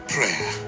Prayer